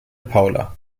paula